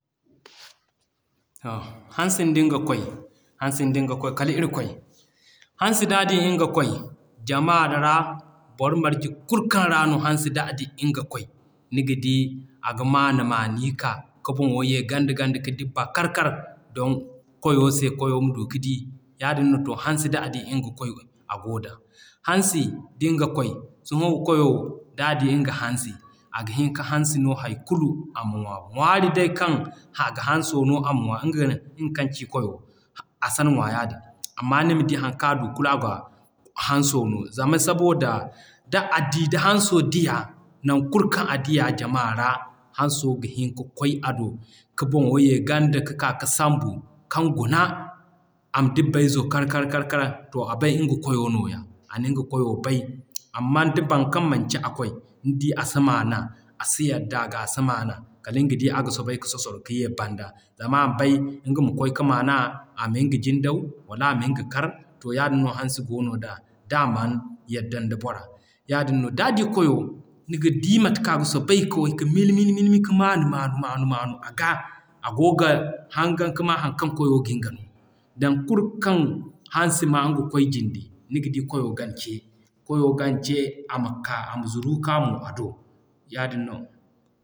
Hansin dinga kwaay, hansin dinga kwaay kal irikoy. Hansi d'a di nga kwaay jama ra boro marje kulu kaŋ ra no hansi d'a di nga kwaay, niga di aga manu mani ka, ka boŋo ye ganda ganda ka dibba kar kar don kwayo se kwayo ma du ka di. Yaadin no to hansi d'a di nga kwaay agoo da. Hansin dinga kwaay, sohõ kwayo d'a di nga hansi aga hinka hansi no hay kulu ama ŋwa. Ŋwaari day kaŋ a ga hanso no ama ŋwa nga kaŋ ka ci kwayo a san ŋwa yaadin. Amma nima di haŋ kaŋ a du kulu a ga hanso no zama saboda d'a di da hanso diya nan kulu kaŋ a diya jama ra hanso ga hin ka kwaay ado ka boŋo ye ganda ka k'a ka sambu kaŋ guna ama dibbey zo kar kar kar kar. To a bay nga kwayo nooya, an nga kwayo bay. Amman da baŋ kaŋ manci a koy, a si maana, a si yadda gaa a si maana, kaliŋ ga di aga soobay ka sosoro ka ye banda zama a bay nga ma kwaay ka maana a miŋga jindaw wala a miŋga kar, to yaadin no hansi goono da d'a man yaddan da bora. Yaadin no d'a di kwayo niga di mate kaŋ a ga soobay ka mili mili mili mili ka maanu maanu maanu maanu aga a goo ga hangan ka maa haŋ kaŋ kwayo gin ga no. Nan kulu kaŋ hansi maa nga kwaay jinde niga di kwayo gan ce, kwayo gan ce ama ka ama zuru k'a mo ado. Yaadin no.